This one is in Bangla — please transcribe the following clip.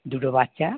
দুটো বাচ্চা